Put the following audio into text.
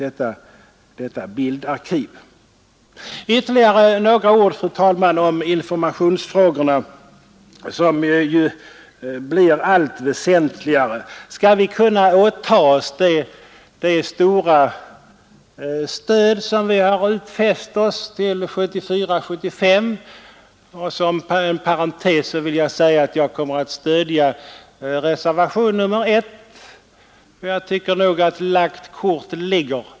Det statliga ut Ytterligare några ord, fru talman, om informationsfrågorna som ju ET ste et blivit allt väsentligare om vi skall kunna åta oss det stora stöd som vi har utfäst oss till 1974/75. Inom parentes vill jag säga att jag kommer att stödja reservationen 1, ty jag tycker att lagt kort ligger.